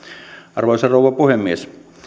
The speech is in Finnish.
arvoisa rouva puhemies